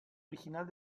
original